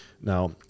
Now